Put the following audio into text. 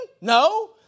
No